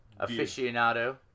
aficionado